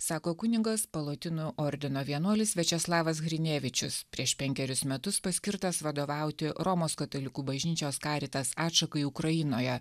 sako kunigas palotinų ordino vienuolis viačeslavas hrinevičius prieš penkerius metus paskirtas vadovauti romos katalikų bažnyčios karitas atšakai ukrainoje